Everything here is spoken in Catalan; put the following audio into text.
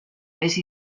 més